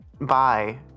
Bye